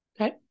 Okay